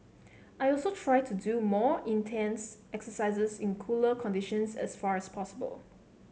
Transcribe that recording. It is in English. I also try to do my more intense exercises in cooler conditions as far as possible